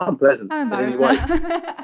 unpleasant